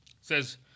Says